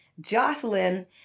Jocelyn